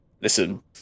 Listen